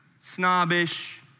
snobbish